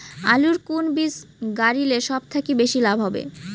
আলুর কুন বীজ গারিলে সব থাকি বেশি লাভ হবে?